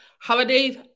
Holidays